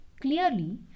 clearly